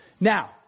Now